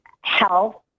health